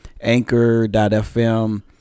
anchor.fm